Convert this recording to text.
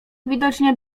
widocznie